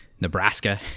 Nebraska